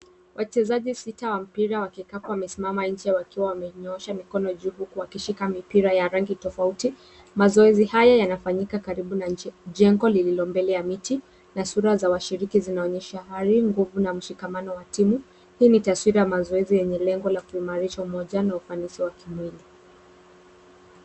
Wachezaji sita wa mpira wa kikapu wamesimama nje wakiwa wamenyoosha mikono juu huku wakishika mipira ya rangi tofauti, mazoezi haya yanafanyika karibu na jengo lililo mbele na miti na sura za washiriki zinaonyesha hali, nguvu, na mshikamano wa timu, hii ni taswira ya mazoezi yenye lengo la kuimarisha umoja na ufanisi wa kimwili.